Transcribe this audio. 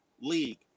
league